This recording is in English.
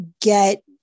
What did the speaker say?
get